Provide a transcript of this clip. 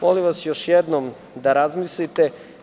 Molim vas još jednom da razmislite.